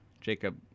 Jacob